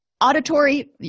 Auditory